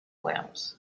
wales